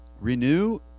renew